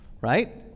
right